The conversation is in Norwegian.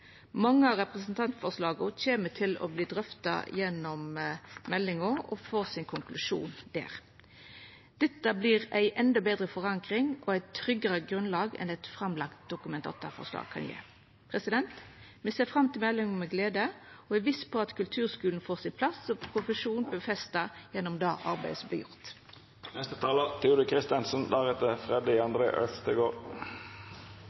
Mange av representantforslaga kjem til å verta drøfta gjennom meldinga og få konklusjonen sin der. Dette vert ei endå betre forankring og eit tryggare grunnlag enn eit framlagt Dokument 8-forslag kan gje. Me ser fram til meldinga med glede og er visse på at kulturskulen får sin plass og profesjonen sin styrkt gjennom det arbeidet som